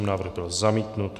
Návrh byl zamítnut.